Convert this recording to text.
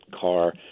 car